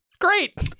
great